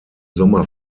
sommer